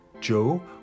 Joe